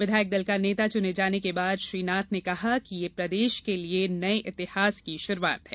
विधायक दल का नेता चुने जाने के बाद श्री नाथ ने कहा कि यह प्रदेश के लिए नई इतिहास की शुरूआत है